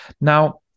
Now